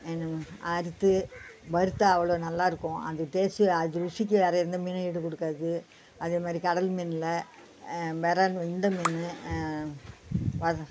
அறுத்து வறுத்தால் அவ்வளோ நல்லா இருக்கும் அந்த டேஸ்ட்டு அந்த ருசிக்கு வேறு எந்த மீனும் ஈடு கொடுக்காது அதேமாதிரி கடல் மீனில் விரால் இந்த மீன்